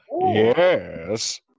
yes